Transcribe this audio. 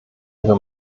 ihre